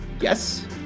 Yes